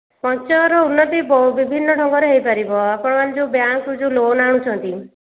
ସଞ୍ଚୟର ଉନ୍ନତି ବିଭିନ୍ନ ଢଙ୍ଗରେ ହେଇପାରିବ ଆପଣମାନେ ଯେଉଁ ବ୍ୟାଙ୍କ୍ରୁ ଯେଉଁ ଲୋନ୍ ଆଣୁଛନ୍ତି